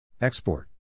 Export